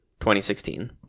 2016